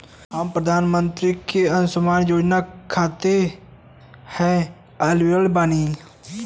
हम प्रधानमंत्री के अंशुमान योजना खाते हैं एलिजिबल बनी?